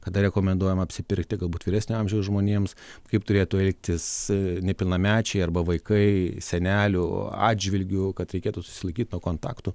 kada rekomenduojama apsipirkti galbūt vyresnio amžiaus žmonėms kaip turėtų elgtis nepilnamečiai arba vaikai senelių atžvilgiu kad reikėtų susilaikyt nuo kontaktų